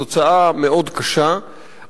התוצאה מאוד קשה,